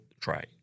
try